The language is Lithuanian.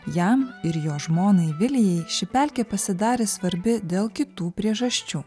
jam ir jo žmonai vilijai ši pelkė pasidarė svarbi dėl kitų priežasčių